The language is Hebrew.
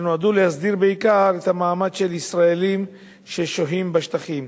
שנועדו להסדיר בעיקר את המעמד של ישראלים ששוהים בשטחים.